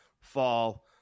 fall